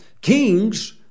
Kings